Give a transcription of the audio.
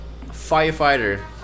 firefighter